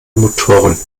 motoren